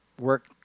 Work